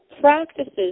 practices